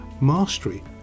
mastery